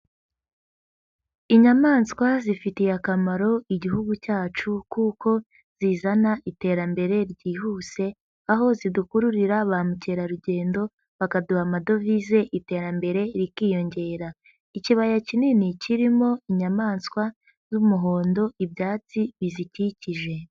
Inyamaswa zifitiye akamaro igihugu cyacu, kuko zizana iterambere ryihuse, aho zidukururira ba mukerarugendo bakaduha amadovize iterambere rikiyongera. Ikibaya kinini kirimo inyamaswa z'umuhondo, ibyatsi bizikikije.